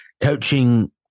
coaching